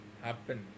happen